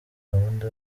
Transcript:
gahunda